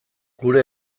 gure